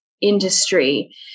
industry